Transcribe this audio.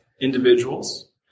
individuals